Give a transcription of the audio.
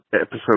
episode